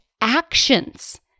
actions